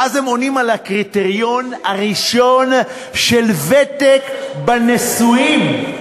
ואז הם עונים על הקריטריון הראשון של ותק בנישואים.